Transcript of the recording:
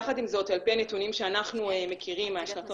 יחד עם זאת ועל פי הנתונים שאנחנו מכירים מהשנתון